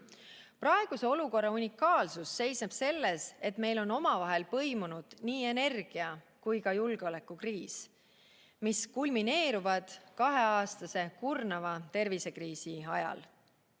Praeguse olukorra unikaalsus seisneb selles, et meil on omavahel põimunud nii energia- kui ka julgeolekukriis, mis kulmineeruvad kaheaastase kurnava tervisekriisi ajal.